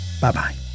Bye-bye